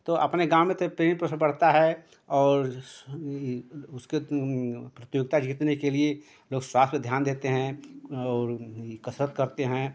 तो अपने गाँव में तो बढ़ता है और प्रतियोगिता जीतने के लिए लोग स्वास्थ्य पर ध्यान देते हैं और इ कसरत करते हैं